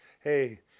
Hey